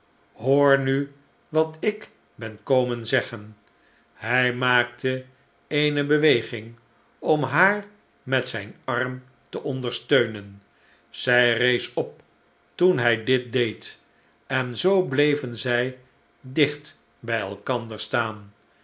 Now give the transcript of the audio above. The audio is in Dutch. hoor nu wat ik ben komen zeggen hij maakte eene beweging om haar met zijn arm te ondersteunen zij rees op toen hij dit deed en zoo bleven zij dicht bij elkander staan